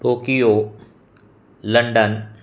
Tokyo London